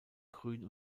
grün